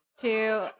Two